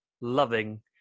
loving